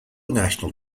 national